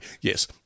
yes